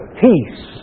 peace